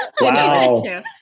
Wow